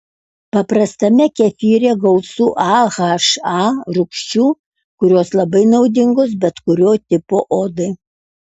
paprastame kefyre gausu aha rūgščių kurios labai naudingos bet kurio tipo odai